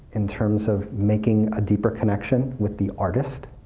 in terms of making a deeper connection with the artist,